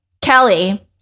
kelly